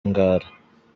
ngara